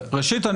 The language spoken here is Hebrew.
ראשית,